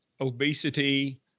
obesity